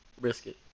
Brisket